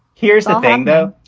here's the thing, though.